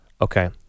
Okay